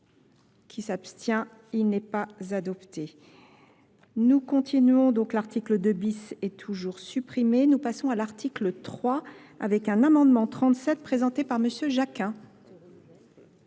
qui s'abstient il n'est pas adopté nous continuons donc l'article deux bis est toujours supprimé nous passons à l'article trois avec un amendement trente sept présenté par monsieur oui